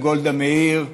על גולדה מאיר: